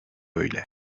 öyle